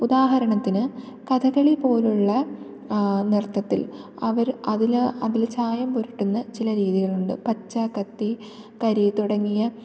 ഉദാഹരണത്തിന് കഥകളി പോലുള്ള നൃത്തത്തിൽ അവര് അതില് അതിൽ ചായം പുരട്ടുന്ന ചില രീതികളുണ്ട് പച്ച കത്തി കരി തുടങ്ങിയ